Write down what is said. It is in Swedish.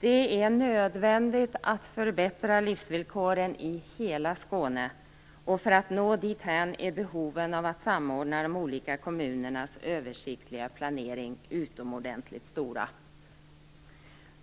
Det är nödvändigt att förbättra livsvillkoren i hela Skåne, och för att nå dithän är behoven av att samordna de olika kommunernas översiktliga planering utomordentligt stora.